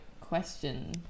question